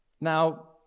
Now